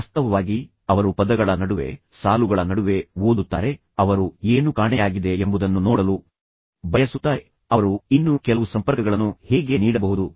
ವಾಸ್ತವವಾಗಿ ಅವರು ಪದಗಳ ನಡುವೆ ಸಾಲುಗಳ ನಡುವೆ ಓದುತ್ತಾರೆ ಅವರು ಏನು ಕಾಣೆಯಾಗಿದೆ ಎಂಬುದನ್ನು ನೋಡಲು ಬಯಸುತ್ತಾರೆ ಅವರು ಇನ್ನೂ ಕೆಲವು ಸಂಪರ್ಕಗಳನ್ನು ಹೇಗೆ ನೀಡಬಹುದು